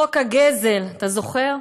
חוק הגזל, אתה זוכר?